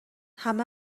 همه